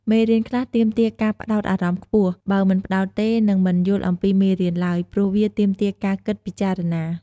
មេរៀនខ្លះទាមទារការផ្ដោតអារម្មណ៍ខ្ពស់ បើមិនផ្ដោតទេ នឹងមិនយល់អំពីមេរៀនឡើយ ព្រោះវាទាមទារការគិតពិចារណា។